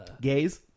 gays